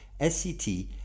SCT